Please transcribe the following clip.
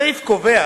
הסעיף קובע